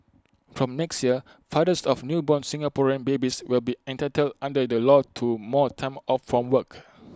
from next year fathers of newborn Singaporean babies will be entitled under the law to more time off from work